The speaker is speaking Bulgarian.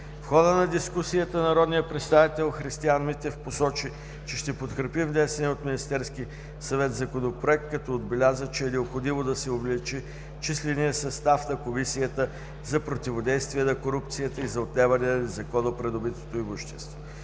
В хода на дискусията народният представител Христиан Митев посочи, че ще подкрепи внесения от Министерския съвет Законопроект, като отбеляза, че е необходимо да се увеличи числения състав на Комисията за противодействие на корупцията и за отнемане на незаконно придобитото имущество.